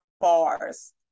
bars